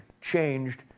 changed